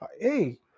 Hey